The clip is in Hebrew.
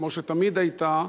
כמו שתמיד היתה,